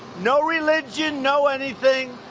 no religion, no anything,